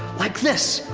like this!